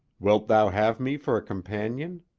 wilt thou have me for a companion?